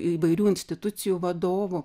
įvairių institucijų vadovų